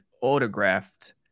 autographed